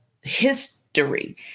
history